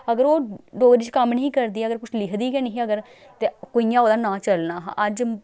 अगर ओह् डोगरी च कम्म निं ही करदी अगर कुछ लिखदी गै नि ही अगर ते कुइयां ओह्दा नांऽ चलना हा अज्ज